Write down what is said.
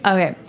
Okay